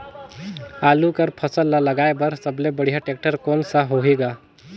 आलू कर फसल ल लगाय बर सबले बढ़िया टेक्टर कोन सा होही ग?